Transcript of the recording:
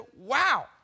wow